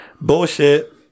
bullshit